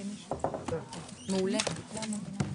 הישיבה נעולה.